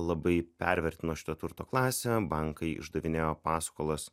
labai pervertino šitą turto klasę bankai išdavinėjo paskolas